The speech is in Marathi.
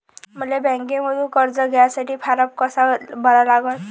मले बँकेमंधून कर्ज घ्यासाठी फारम कसा भरा लागन?